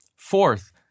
Fourth